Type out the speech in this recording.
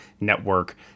Network